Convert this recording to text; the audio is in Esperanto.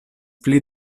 pli